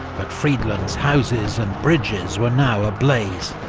but friedland's houses and bridges were now ablaze.